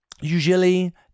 usually